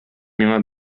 миңа